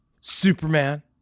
Superman